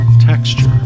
Texture